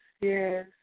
yes